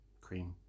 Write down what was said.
cream